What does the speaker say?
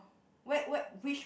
wh~ wh~ which which